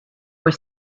were